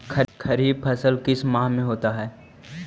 खरिफ फसल किस माह में होता है?